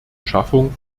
schaffung